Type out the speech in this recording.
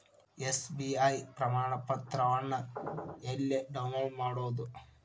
SBI ಪ್ರಮಾಣಪತ್ರವನ್ನ ಎಲ್ಲೆ download ಮಾಡೊದು?